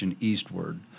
eastward